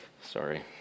Sorry